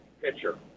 pitcher